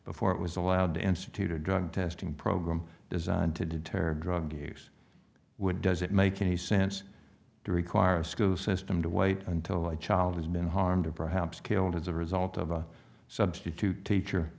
before it was allowed to institute a drug testing program designed to deter drug use would does it make any sense to require a school system to wait until i child has been harmed or perhaps killed as a result of a substitute teacher